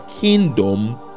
kingdom